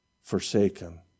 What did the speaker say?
forsaken